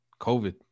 COVID